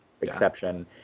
exception